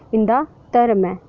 इं'दा धर्म ऐ